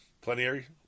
Plenary